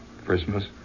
Christmas